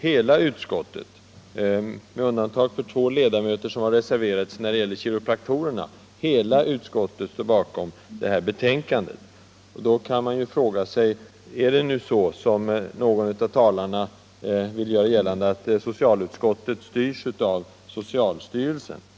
Hela utskottet, med undantag för två ledamöter som har reserverat sig beträffande kiropraktorerna, står alltså bakom betänkandet. Då kan man fråga sig: Är det så, som någon av talarna vill göra gällande, att socialutskottet styrs av socialstyrelsen?